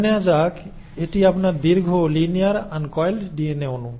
ধরে নেওয়া যাক এটি আপনার দীর্ঘ লিনিয়ার আনকয়েল্ড ডিএনএ অণু